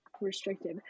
restrictive